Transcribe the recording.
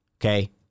Okay